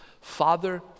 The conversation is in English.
Father